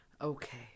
Okay